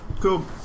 Cool